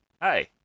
Hey